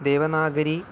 Devanagari